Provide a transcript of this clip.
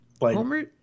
homer